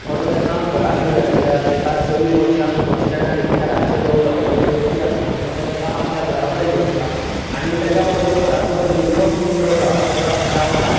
वो तो तेका घरा घेवून येता कित्याक एका चली मनशाक बस स्टेंडार इतक्या रातचें दोवरप ह्यें योग्य आसना आपल्या घरा कडेन घेवन येता आनी ताच्या बरोबर ताचो लेखक मित्र जो आहा तो रावता